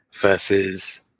versus